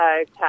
okay